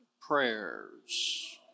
prayers